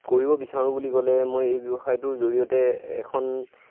কৰিব বিচাৰোঁ বুলি ক'লে মই এই ব্যৱসায়টোৰ জৰিয়তে এখন